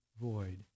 void